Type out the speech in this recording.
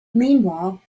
meanwhile